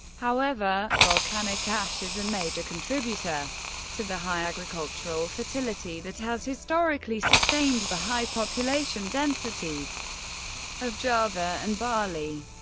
however, volcanic ash is a major contributor to the high agricultural fertility that has historically sustained the high population densities of java and bali.